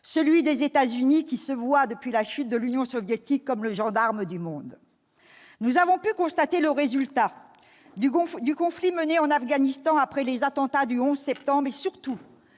ceux des États-Unis, qui, depuis la chute de l'Union soviétique, se voient comme le gendarme du monde. Nous avons pu constater le résultat du conflit mené en Afghanistan après les attentats du 11 septembre 2001 et, surtout,